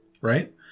right